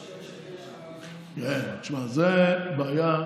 שמע, זו בעיה.